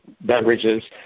beverages